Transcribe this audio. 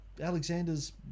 Alexander's